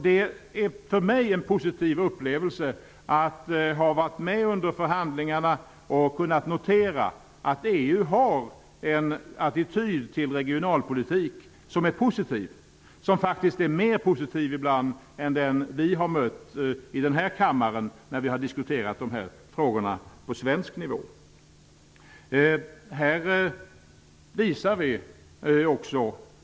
Det är för mig en positiv upplevelse att ha varit med under förhandlingarna och kunnat notera att EU har en attityd till regionalpolitik som är positiv, som faktiskt är mer positiv ibland än den vi har mött i den här kammaren när vi har diskuterat de här frågorna på svensk nivå.